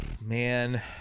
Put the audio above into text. man